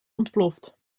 ontploft